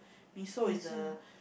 miso is the